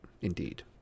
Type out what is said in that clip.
indeed